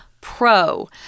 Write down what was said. pro